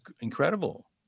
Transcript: incredible